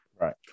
Right